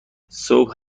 صبح